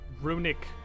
runic